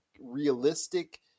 realistic